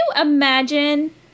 imagine